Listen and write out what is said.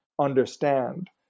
understand